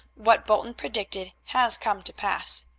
what bolton predicted has come to pass.